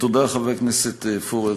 תודה, חבר הכנסת פורר.